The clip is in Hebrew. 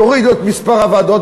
או שיורידו את מספר הוועדות,